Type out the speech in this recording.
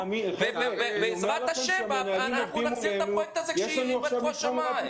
בעזרת השם, נחזיר את הפרויקט הזה כשייפתחו השמים.